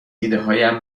ایدههایم